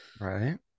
Right